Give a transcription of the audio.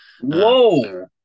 whoa